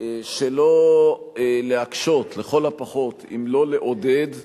שלא להקשות, לכל הפחות, אם לא לעודד, את